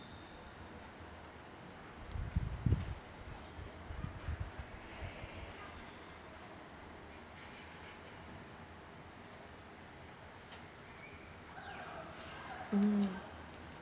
mm